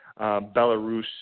Belarus